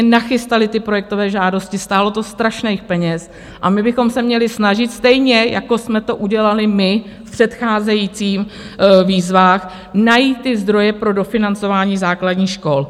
Nachystaly ty projektové žádosti, stálo to strašných peněz, a my bychom se měli snažit, stejně jako jsme to udělali my v předcházejících výzvách, najít zdroje pro dofinancování základních škol.